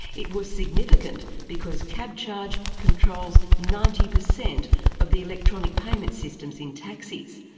it was significant because cabcharge controls ninety percent of the electronic payments systems in taxis,